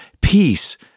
peace